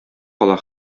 кала